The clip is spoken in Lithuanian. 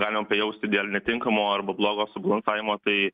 galime pajausti dėl netinkamo arba blogo subalansavimo tai